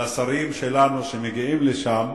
לשרים שלנו שמגיעים לשם,